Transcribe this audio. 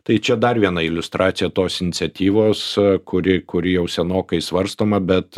tai čia dar viena iliustracija tos iniciatyvos kuri kuri jau senokai svarstoma bet